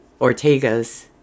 Ortega's